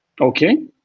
Okay